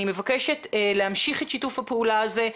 אני מבקשת להמשיך את שיתוף הפעולה הזה,